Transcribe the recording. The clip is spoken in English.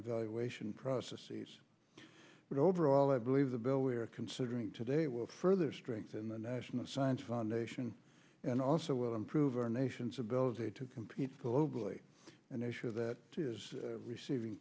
evaluation processes but overall i believe the bill we are considering today will further strengthen the national science foundation and also will improve our nation's ability to compete globally and ensure that it is receiving